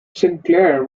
sinclair